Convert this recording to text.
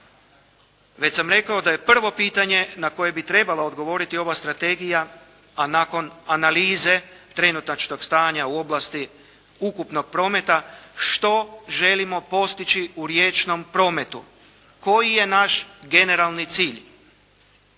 Već sam rekao da je prvo pitanje na koje bi trebala odgovoriti ova strategija, a nakon analize trenutačnog stanja u oblasti ukupnog prometa, što želimo postići u riječnom prometu? Koji je naš generalni cilj?